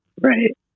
Right